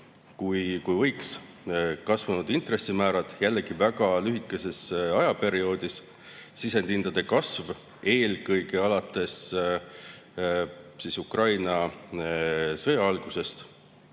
kui võiks olla; kasvanud intressimäärad, jällegi väga lühikese ajaga; sisendihindade kasv, eelkõige alates Ukraina sõja algusest;